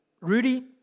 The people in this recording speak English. Rudy